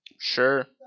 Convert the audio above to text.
Sure